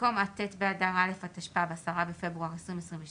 במקום "עד יום ט' באדר א' התשפ"ב (10 בפברואר 2022)"